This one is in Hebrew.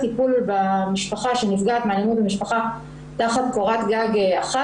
במשפחה שנפגעת מאלימות במשפחה תחת קורת גג אחת,